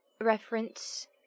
reference